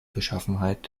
beschaffenheit